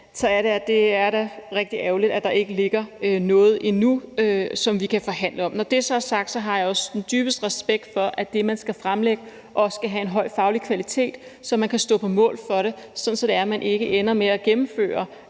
da er rigtig ærgerligt, at der endnu ikke ligger noget, som vi kan forhandle om. Når det så er sagt, har jeg også den dybeste respekt for, at det, man skal fremlægge, også skal have en høj faglig kvalitet, så man kan stå på mål for det, sådan at man ikke ender med at gennemføre